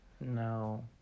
No